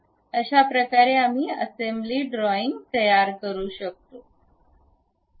अशाप्रकारे आम्ही assembly drawing तयार करू शकतो